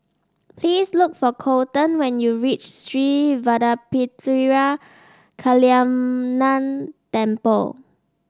please look for Coleton when you reach Sri Vadapathira Kaliamman Temple